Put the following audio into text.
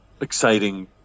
exciting